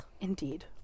Indeed